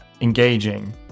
engaging